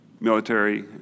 military